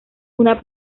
una